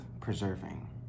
preserving